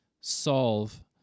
solve